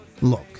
Look